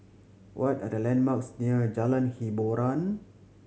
what are the landmarks near Jalan Hiboran